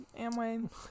Amway